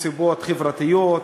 מסיבות חברתיות,